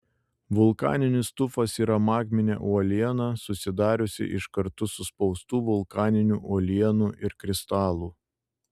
vulkaninis tufas yra magminė uoliena susidariusi iš kartu suspaustų vulkaninių uolienų ir kristalų